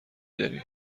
داری